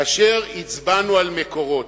כאשר הצבענו על מקורות,